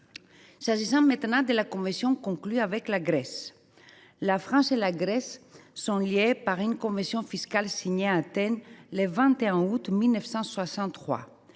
pays. Au sujet de la convention conclue avec la Grèce, la France et ce pays sont liés par une convention fiscale, signée à Athènes, le 21 août 1963.